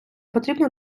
потрібно